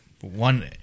one